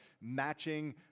matching